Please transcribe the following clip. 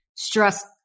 stress